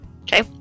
Okay